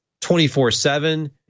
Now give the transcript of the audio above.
24-7